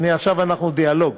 יעני, עכשיו אנחנו בדיאלוג,